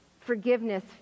forgiveness